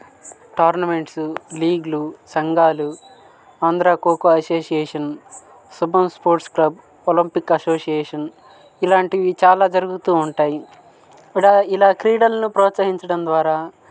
tournaments లీగ్లు సంఘాలు Andhra Kho Kho association Shubham sports club Olympic association ఇలాంటివి చాలా జరుగుతూ ఉంటాయి ఇలా ఇలా క్రీడలను ప్రోత్సాహించడం ద్వారా